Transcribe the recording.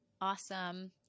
Awesome